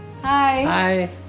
Hi